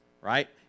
right